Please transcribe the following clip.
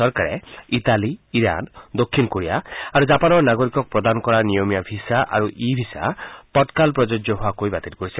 চৰকাৰে Italy Iran দক্ষিণ Korea আৰু জাপানৰ নাগৰিকক প্ৰদান কৰা নিয়মীয়া ভিছা আৰু ই ভিছা তৎকাল প্ৰযোজ্য হোৱাকৈ বাতিল কৰিছে